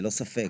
ללא ספק.